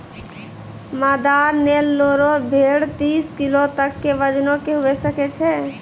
मादा नेल्लोरे भेड़ तीस किलो तक के वजनो के हुए सकै छै